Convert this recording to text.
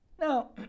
Now